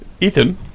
Ethan